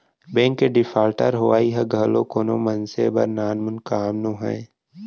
bank के defaulter होवई ह घलोक कोनो मनसे बर नानमुन काम नोहय